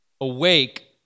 Awake